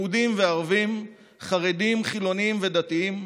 יהודים וערבים, חרדים, חילונים ודתיים,